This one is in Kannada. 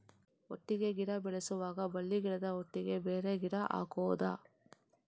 ಒಟ್ಟಿಗೆ ಗಿಡ ಬೆಳೆಸುವಾಗ ಬಳ್ಳಿ ಗಿಡದ ಒಟ್ಟಿಗೆ ಬೇರೆ ಗಿಡ ಹಾಕುದ?